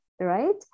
right